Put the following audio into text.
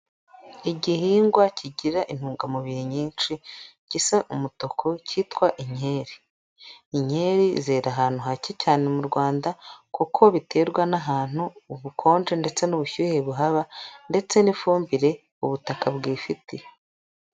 Igihingwa kigira intungamubiri nyinshi gisa umutuku cyitwa inkeri. Inkeri zera ahantu hake cyane mu Rwanda kuko biterwa n'ahantu, ubukonje ndetse n'ubushyuhe buhaba ndetse n'ifumbire ubutaka bwifitiye.